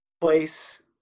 place